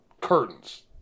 Curtains